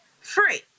free